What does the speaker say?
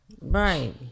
Right